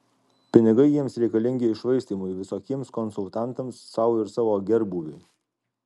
pinigai jiems reikalingi iššvaistymui visokiems konsultantams sau ir savo gerbūviui